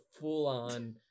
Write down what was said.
full-on